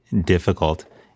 difficult